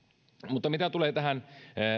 mutta mitä tulee tähän